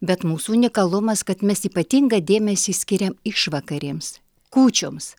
bet mūsų unikalumas kad mes ypatingą dėmesį skiriam išvakarėms kūčioms